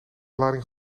lading